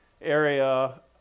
area